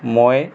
মই